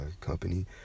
company